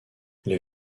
les